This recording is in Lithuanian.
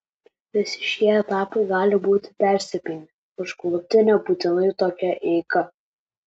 visi šie etapai gali būti persipynę užklupti nebūtinai tokia eiga